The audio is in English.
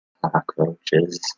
cockroaches